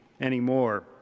anymore